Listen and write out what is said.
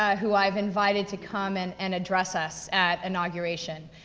ah who i've invited to come and and address us at inauguration.